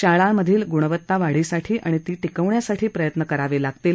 शाळांतील गुणवत्ता वाढीसाठी आणि ती टिकवण्यासाठी प्रयत्न करावे लागतील